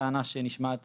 טענה שנשמעת